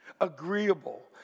Agreeable